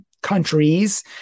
countries